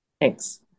Thanks